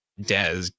des